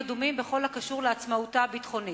אדומים בכל הקשור לעצמאותה הביטחונית.